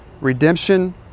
redemption